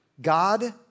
God